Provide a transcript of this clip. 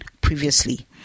previously